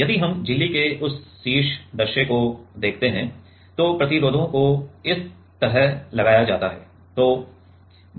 यदि हम झिल्ली के उस शीर्ष दृश्य को देखते हैं तो प्रतिरोधों को इस तरह लगाया जाता है